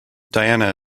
diana